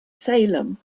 salem